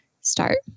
start